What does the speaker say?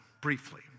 briefly